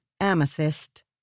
amethyst